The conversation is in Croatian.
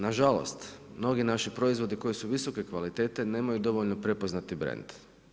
Nažalost, mnogi naši proizvodi koji su visoke kvalitete nemaju dovoljno prepoznati brend.